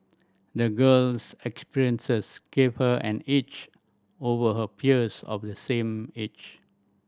the girl's experiences gave her an edge over her peers of the same age